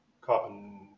carbon